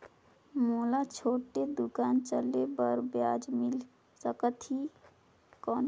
मोला छोटे दुकान चले बर ब्याज मिल सकत ही कौन?